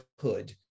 hood